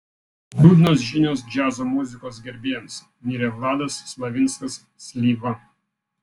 liūdnos žinios džiazo muzikos gerbėjams mirė vladas slavinskas slyva